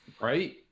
Right